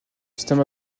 système